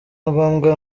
ngombwa